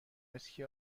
اسکی